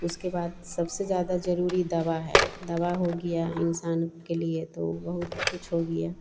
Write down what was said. उसके बाद सबसे ज़्यादा ज़रूरी दवा है दवा हो गया इंसान के लिए तो बहुत कुछ हो गया